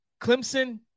Clemson